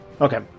Okay